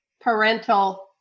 parental